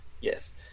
Yes